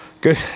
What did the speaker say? Good